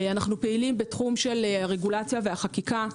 אנו פעילים בתחום הרגולציה והחקיקה.